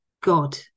God